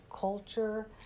culture